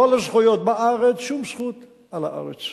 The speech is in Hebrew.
כל הזכויות בארץ, שום זכות על הארץ.